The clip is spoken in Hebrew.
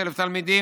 65,000 תלמידים,